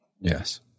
Yes